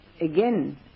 again